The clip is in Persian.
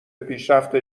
پیشرفت